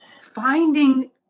finding